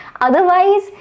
otherwise